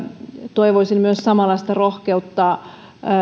toivoisin myös samalla rohkeutta